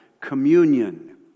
communion